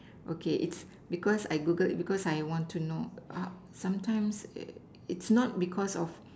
okay it's because I Googled it because I want to know sometimes it's not because of